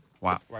Wow